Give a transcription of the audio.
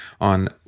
on